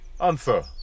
Answer